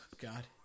God